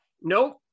Nope